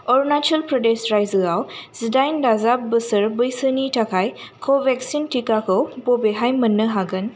अरुणाचल प्रदेश रायजोआव जिदाइन दाजाब बोसोर बैसोनि थाखाय कभेक्सिन टिकाखौ बबेहाय मोन्नो हागोन